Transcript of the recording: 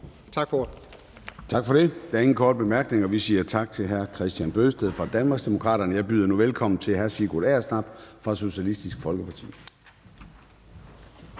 Tak for det. Der er ingen korte bemærkninger. Vi siger tak til hr. Kristian Bøgsted fra Danmarksdemokraterne. Jeg byder nu velkommen til hr. Sigurd Agersnap fra Socialistisk Folkeparti.